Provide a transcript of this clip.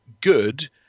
good